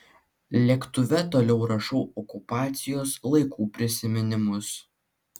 lėktuve toliau rašau okupacijos laikų prisiminimus